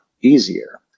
easier